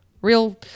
Real